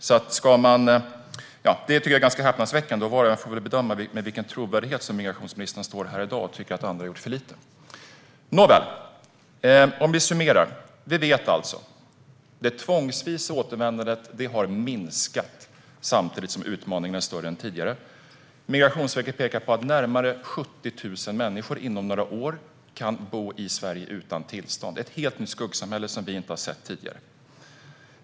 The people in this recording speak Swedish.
Det tycker jag är ganska häpnadsväckande, och var och en får bedöma med vilken trovärdighet som migrationsministern står här i dag och tycker att andra har gjort för lite. Nåväl, jag ska summera. Vi vet alltså att det tvångsvisa återvändandet har minskat samtidigt som utmaningarna är större än tidigare. Migrationsverket pekar på att närmare 70 000 människor inom några år kan bo i Sverige utan tillstånd - ett helt nytt skuggsamhälle som vi inte har sett tidigare.